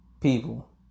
people